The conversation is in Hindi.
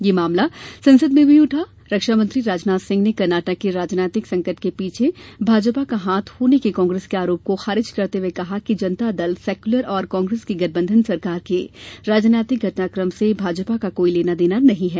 यह मामला संसद में भी उठा रक्षामंत्री राजनाथ सिंह ने कर्नाटक के राजनीतिक संकट के पीछे भाजपा का हाथ होने के कांग्रेस के आरोप को खारिज करते हुए कहा कि जनता दल सैक्युलर और कांग्रेस की गठबंधन सरकार के राजनीतिक घटनाक्रम से भाजपा का कोई लेनादेना नहीं है